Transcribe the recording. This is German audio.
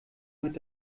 mit